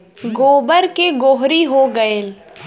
गोबर के गोहरी हो गएल